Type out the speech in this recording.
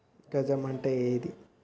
గజం అంటే ఏంది?